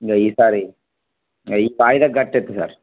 ఇగా ఈసారి ఇగ ఈ వాయిదాకి కట్టేస్తాను సార్